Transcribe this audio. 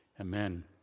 Amen